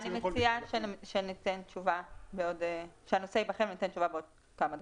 אני מציעה שהנושא ייבחן וניתן תשובה עוד כמה דקות.